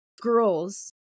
girls